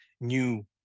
new